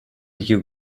you